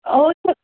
ਉਹ ਤਾਂ